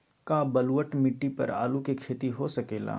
का बलूअट मिट्टी पर आलू के खेती हो सकेला?